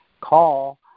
Call